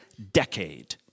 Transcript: Decade